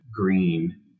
green